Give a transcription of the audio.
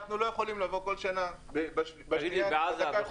אנחנו לא יכולים לבוא כל שנה בדקה ה-90.